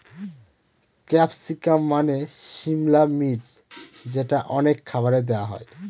capsicum মানে সিমলা মির্চ যেটা অনেক খাবারে দেওয়া হয়